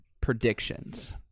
predictions